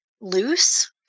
loose